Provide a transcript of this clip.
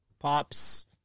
Pops